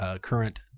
current